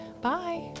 Bye